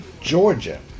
Georgia